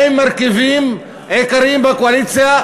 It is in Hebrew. האם מרכיבים עיקריים בקואליציה,